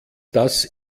das